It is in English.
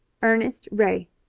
ernest ray,